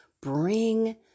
bring